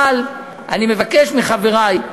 אבל אני מבקש מחברי,